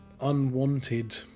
unwanted